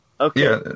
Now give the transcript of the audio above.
Okay